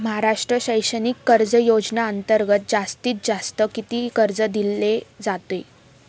महाराष्ट्र शैक्षणिक कर्ज योजनेअंतर्गत जास्तीत जास्त किती कर्ज दिले जाते?